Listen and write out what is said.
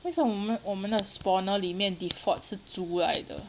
为什么我们我们的 spawner 里面 default 是猪来的